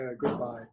Goodbye